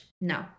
no